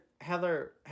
Heather